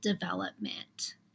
development